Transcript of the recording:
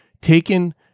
taken